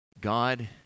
God